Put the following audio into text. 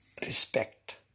respect